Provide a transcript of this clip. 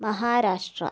Maharashtra